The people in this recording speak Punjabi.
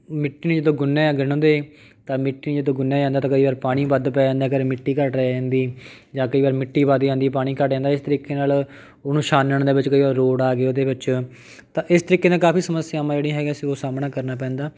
ਮਿੱਟੀ ਨੂੰ ਜਦੋਂ ਗੁੰਨਿਆ ਗੁੰਨਦੇ ਤਾਂ ਮਿੱਟੀ ਨੂੰ ਜਦੋਂ ਗੁੰਨਿਆ ਜਾਂਦਾ ਤਾਂ ਕਈ ਵਾਰ ਪਾਣੀ ਵੱਧ ਪੈ ਜਾਂਦਾ ਕਦੇ ਮਿੱਟੀ ਘੱਟ ਰਹਿ ਜਾਂਦੀ ਜਾਂ ਕਈ ਵਾਰ ਮਿੱਟੀ ਵੱਧ ਜਾਂਦੀ ਪਾਣੀ ਘੱਟ ਜਾਂਦਾ ਇਸ ਤਰੀਕੇ ਨਾਲ ਉਹਨੂੰ ਛਾਨਣ ਦੇ ਵਿੱਚ ਕੋਈ ਰੋੜ ਆ ਗਏ ਉਹਦੇ ਵਿੱਚ ਤਾਂ ਇਸ ਤਰੀਕੇ ਨਾਲ ਕਾਫੀ ਸਮੱਸਿਆਵਾਂ ਜਿਹੜੀਆਂ ਹੈਗੀਆਂ ਅਸੀਂ ਉਹ ਸਾਹਮਣਾ ਕਰਨਾ ਪੈਂਦਾ